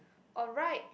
alright